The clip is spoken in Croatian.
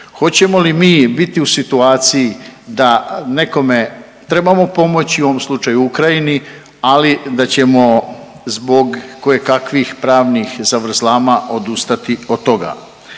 Hoćemo li mi biti u situaciji da nekome trebamo pomoći, u ovom slučaju Ukrajini ali da ćemo zbog kojekakvih pravnih zavrzlama odustati od toga.